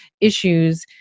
issues